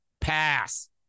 pass